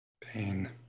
Pain